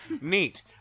Neat